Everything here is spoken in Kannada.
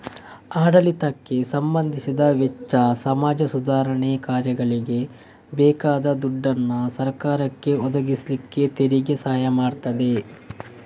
ಆಡಳಿತಕ್ಕೆ ಸಂಬಂಧಿಸಿದ ವೆಚ್ಚ, ಸಮಾಜ ಸುಧಾರಣೆ ಕಾರ್ಯಗಳಿಗೆ ಬೇಕಾದ ದುಡ್ಡನ್ನ ಸರಕಾರಕ್ಕೆ ಒದಗಿಸ್ಲಿಕ್ಕೆ ತೆರಿಗೆ ಸಹಾಯ ಮಾಡ್ತದೆ